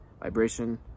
Vibration